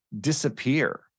Disappear